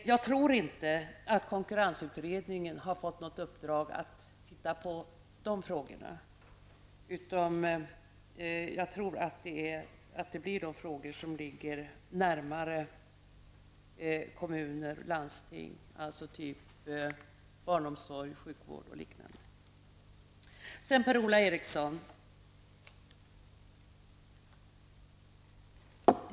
Jag tror inte att konkurrensutredningen har fått något uppdrag att titta på de frågorna, utan jag tror att det blir de frågor som ligger närmare kommuner och landsting, t.ex. barnomsorg, sjukvård och liknande.